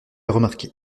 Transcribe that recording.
remarqué